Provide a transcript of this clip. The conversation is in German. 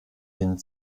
den